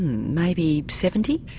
maybe seventy?